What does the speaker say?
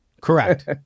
Correct